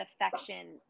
affection